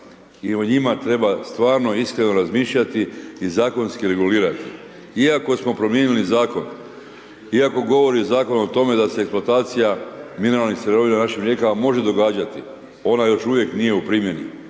i o njima treba stvarno iskreno razmišljati i zakonski regulirati. Iako smo promijenili Zakon, iako govori Zakon o tome da se eksploatacija mineralnih sirovina u našim rijekama može događati, ona još uvijek nije u primjeni.